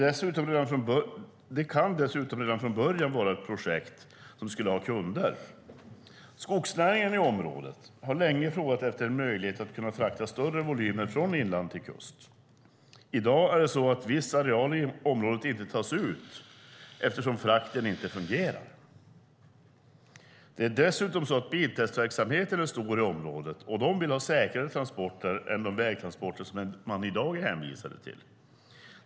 Det kan dessutom redan från början vara ett projekt som skulle ha kunder. Skogsnäringen i området har länge frågat efter en möjlighet att frakta större volymer från inland till kust. I dag är det så att viss areal i området inte tas ut eftersom frakten inte fungerar. Det är dessutom så att biltestverksamheten är stor i området, och de vill ha säkrare transporter än de vägtransporter som man i dag är hänvisad till.